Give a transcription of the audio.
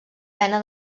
pena